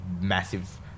massive